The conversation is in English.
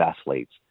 athletes